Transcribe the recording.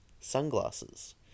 sunglasses